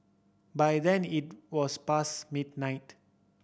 by then it was past midnight